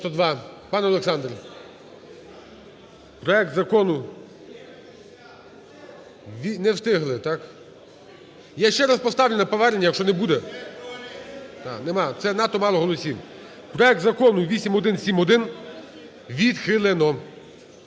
Пан Олександр. Проект закону, не встигли, так? Я ще раз поставлю на повернення, якщо не буде. Нема, це надто мало голосів. Проект Закону 8171 відхилено.